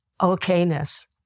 okayness